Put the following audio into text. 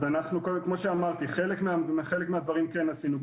כמו שאמרתי, חלק מהדברים כן עשינו.